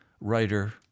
writer